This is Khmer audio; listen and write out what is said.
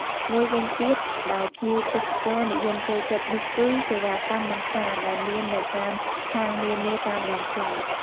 មួយវិញទៀតដែលភ្ញៀវទេសចរណ៍និយមចូលចិត្តនោះគឺ សេវាកម្មម៉ាស្សាដែលមាននៅតាមហាងនានាតាមដងផ្លូវ។